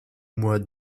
mois